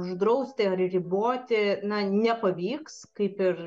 uždrausti ar riboti na nepavyks kaip ir